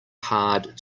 hard